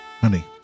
honey